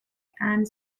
and